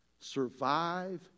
survive